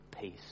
Peace